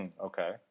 okay